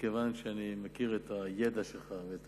מכיוון שאני מכיר את הידע שלך ואת